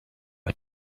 are